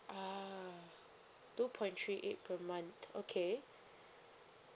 ah two point three eight per month okay